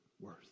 worth